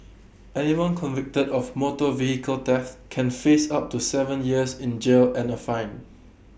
anyone convicted of motor vehicle theft can face up to Seven years in jail and A fine